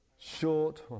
short